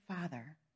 Father